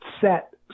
set